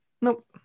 Nope